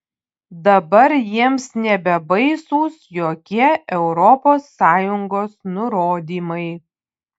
dabar jiems nebebaisūs jokie europos sąjungos nurodymai